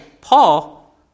Paul